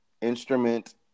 instrument